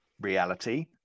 reality